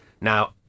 Now